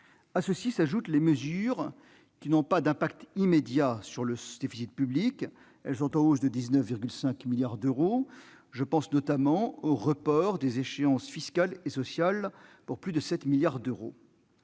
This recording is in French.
S'y ajoutent les mesures qui n'ont pas d'effet immédiat sur le déficit public : elles sont en augmentation de 19,5 milliards d'euros. Je pense, notamment, aux reports des échéances fiscales et sociales pour plus de 7 milliards d'euros.